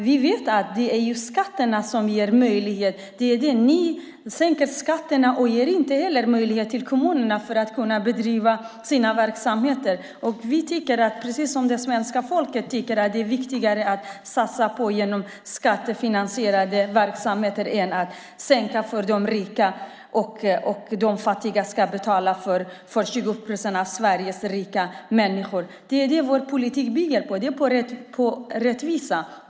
Vi vet att det är skatterna som ger möjligheter. Ni sänker skatterna och ger inte heller kommunerna möjlighet att bedriva sina verksamheter. Precis som svenska folket tycker vi att det är viktigare att satsa på skattefinansierade verksamheter än att sänka för de rika och att de fattiga ska betala för 20 procent av Sveriges rika människor. Det är det vår politik bygger på - rättvisa.